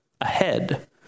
ahead